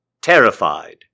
terrified